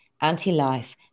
anti-life